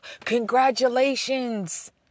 Congratulations